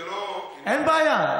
אין בעיה.